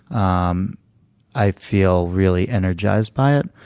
um i feel really energized by it.